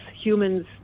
humans